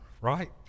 right